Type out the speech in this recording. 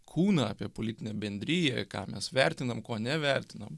kūną apie politinę bendriją ką mes vertinam ko nevertinam